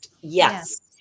Yes